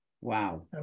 Wow